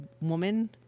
woman